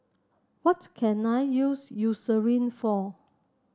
what can I use Eucerin for